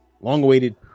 long-awaited